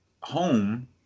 home –